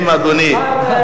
אנחנו בתיאטרון כיסאות,